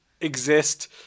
exist